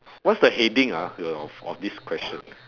what's the heading ah of of this question